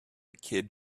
kid